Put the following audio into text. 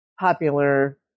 popular